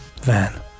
van